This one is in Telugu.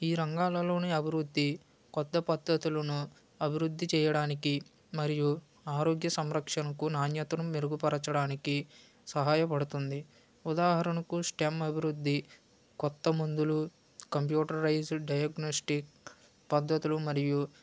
ఈ రంగాలలోనే అభివృద్ధి కొత్త పద్ధతులను అభివృద్ధి చేయడానికి మరియు ఆరోగ్య సంరక్షణకు నాణ్యతను మెరుగుపరచడానికి సహాయపడుతుంది ఉదాహరణకు స్టెమ్ అభివృద్ధి కొత్త మందులు కంప్యూటరైజ్డ్ డయాగ్నస్టిక్ పద్ధతులు మరియు